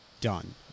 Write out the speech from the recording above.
done